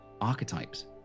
archetypes